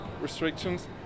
restrictions